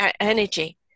energy